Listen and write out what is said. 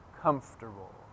comfortable